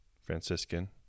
Franciscan